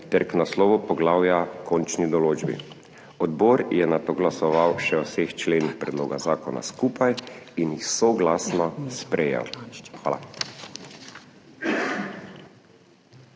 ter k naslovu poglavja h končni določbi. Odbor je nato glasoval še o vseh členih predloga zakona skupaj in jih soglasno sprejel. Hvala.